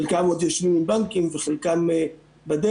חלקם עוד יושבים עם הבנקים וחלקם בדרך.